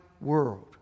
world